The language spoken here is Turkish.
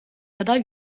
kadar